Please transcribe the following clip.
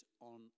on